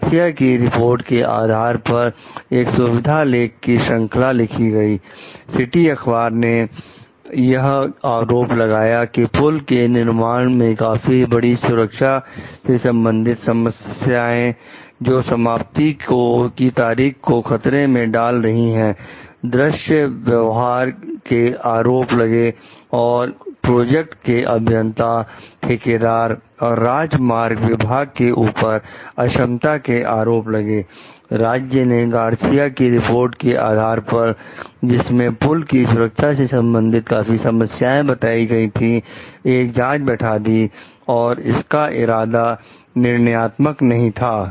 Garcia की रिपोर्ट के आधार पर जिसमें पुल की सुरक्षा से संबंधित काफी समस्याएं बताई गई थी एक जांच बैठा दी और और इरादा निर्णयात्मक नहीं था